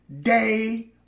day